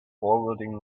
forwarding